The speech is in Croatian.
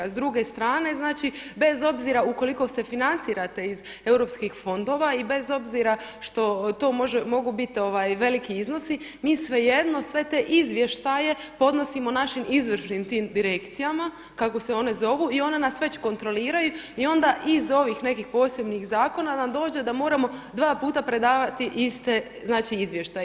S druge strane bez obzira ukoliko se financirate iz europskih fondova i bez obzira što to mogu biti veliki iznosi, mi svejedno sve te izvještaje podnosimo našim izvršnim tim direkcijama kako se one zovu i one nas već kontroliraju i onda iz ovih nekih posebnih zakona nam dođe da moramo dva puta predavati izvještaje.